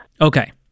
Okay